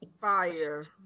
Fire